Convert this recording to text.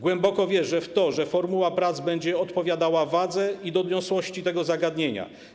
Głęboko wierzę w to, że formuła prac będzie odpowiadała wadze i doniosłości tego zagadnienia.